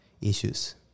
issues